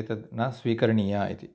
एतत् न स्वीकरणीया इति